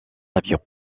avions